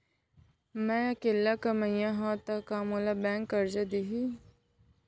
मैं अकेल्ला कमईया हव त का मोल बैंक करजा दिही?